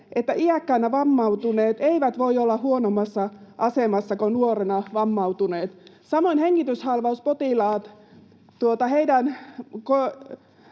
että iäkkäänä vammautuneet eivät voi olla huonommassa asemassa kuin nuorena vammautuneet. Samoin hengityshalvauspotilaiden